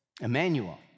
Emmanuel